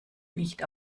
nicht